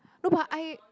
no but I